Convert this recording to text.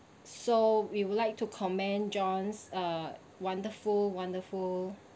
so we would like to comment jonh's uh wonderful wonderful